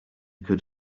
could